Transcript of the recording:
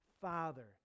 father